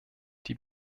die